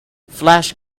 flash